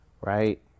right